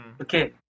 okay